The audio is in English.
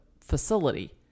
facility